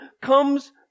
comes